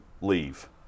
leave